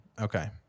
Okay